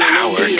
Power